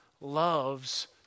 loves